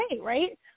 right